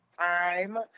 time